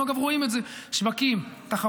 אנחנו גם רואים את זה: שווקים תחרותיים